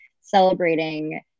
celebrating